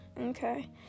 Okay